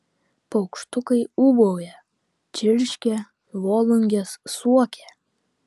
paukštukai ūbauja čirškia volungės suokia